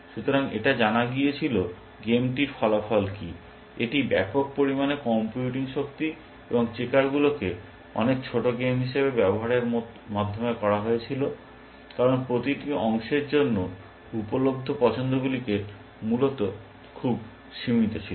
সুতরাং এটি জানা গিয়েছিল গেমটির ফলাফল কী এবং এটি ব্যাপক পরিমাণে কম্পিউটিং শক্তি এবং চেকারগুলিকে অনেক ছোট গেম হিসাবে ব্যবহারের মাধ্যমে করা হয়েছিল কারণ প্রতিটি অংশের জন্য উপলব্ধ পছন্দগুলি মূলত খুব সীমিত ছিল